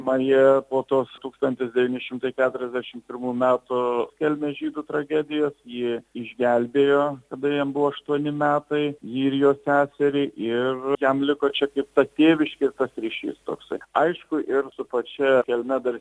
man jie po tos tūkstantis devyni šimtai keturiasdešim pirmų metų kelmės žydų tragedijos jį išgelbėjo abiejiem buvo aštuoni metai jį ir jo seserį ir jam liko čia kaip ta tėviškė ir tas ryšys toksai aišku ir su pačia kelme dar